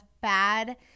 bad